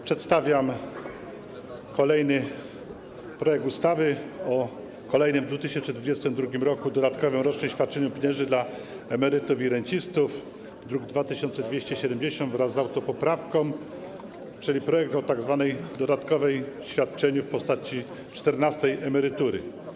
Przedstawiam kolejny projekt ustawy o kolejnym w 2022 r. dodatkowym rocznym świadczeniu pieniężnym dla emerytów i rencistów, druk nr 2270, wraz z autopoprawką, czyli projekt o tzw. dodatkowym świadczeniu w postaci czternastej emerytury.